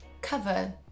cover